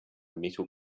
metal